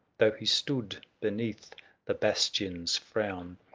though he stood beneath the bastion's frown,